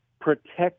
protect